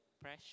pressure